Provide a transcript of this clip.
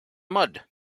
mud